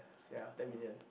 sia ten million